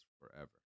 forever